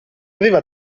aveva